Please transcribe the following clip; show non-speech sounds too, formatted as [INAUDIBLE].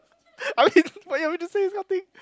[LAUGHS] I mean why you want me to say this kind of thing